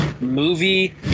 movie